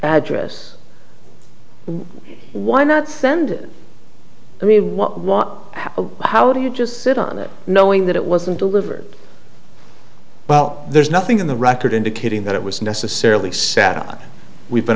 address why not send it i mean what how do you just sit on it knowing that it wasn't delivered well there's nothing in the record indicating that it was necessarily sad we've